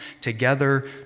together